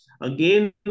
again